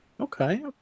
Okay